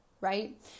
right